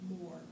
more